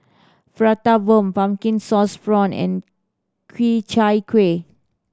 Prata Bomb pumpkin sauce prawn and Ku Chai Kuih